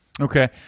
Okay